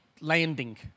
landing